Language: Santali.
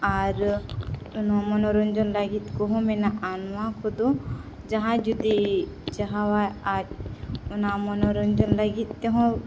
ᱟᱨ ᱱᱚᱣᱟ ᱢᱚᱱᱚᱨᱚᱧᱡᱚᱱ ᱞᱟᱹᱜᱤᱫ ᱠᱚᱦᱚᱸ ᱢᱮᱱᱟᱜᱼᱟ ᱱᱚᱣᱟ ᱠᱚᱫᱚ ᱡᱟᱦᱟᱸᱭ ᱡᱩᱫᱤ ᱪᱟᱦᱟᱣᱟᱭ ᱟᱡ ᱚᱱᱟ ᱢᱚᱱᱚᱨᱚᱧᱡᱚᱱ ᱞᱟᱹᱜᱤᱫ ᱛᱮᱦᱚᱸ